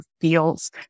feels